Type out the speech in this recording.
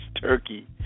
turkey